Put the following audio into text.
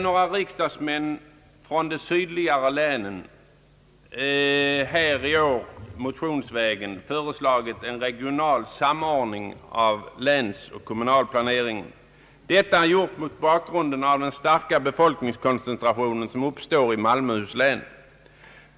Några riksdagsmän från de sydligare länen har i år motionsvägen föreslagit en regional samordning av länsoch kommunalplanering, detta mot bakgrunden av den starka befolkningskoncentration som pågår i Malmöhus län.